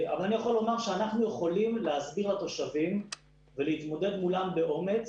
אני יכול לומר שאנחנו יכולים להסביר לתושבים ולהתמודד מולם באומץ